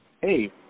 Hey